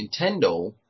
Nintendo